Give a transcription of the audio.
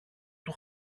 του